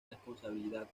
responsabilidad